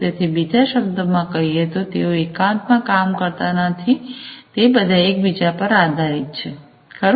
તેથી બીજા શબ્દોમાં કહીએ તો તેઓ એકાંતમાં કામ કરતા નથી તે બધા એકબીજા પર આધારિત છે ખરું